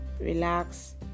relax